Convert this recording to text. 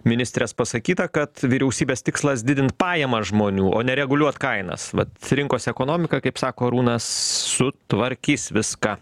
ministrės pasakyta kad vyriausybės tikslas didint pajamas žmonių o ne reguliuot kainas vat rinkos ekonomika kaip sako arūnas sutvarkys viską